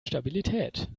stabilität